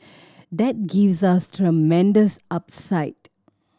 that gives us tremendous upside